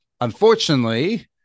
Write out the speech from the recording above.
unfortunately